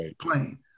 playing